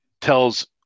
tells